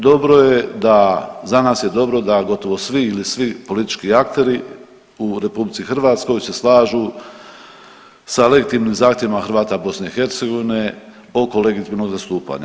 Dobro je da, za nas je dobro da gotovo svi ili svi politički akteri u RH se slažu sa legitimnim zahtjevima Hrvata BiH oko legitimnog zastupanja.